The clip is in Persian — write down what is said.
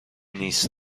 نیست